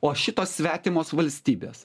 o šitos svetimos valstybės